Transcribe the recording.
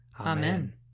Amen